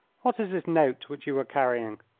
what is this note which you were carrying?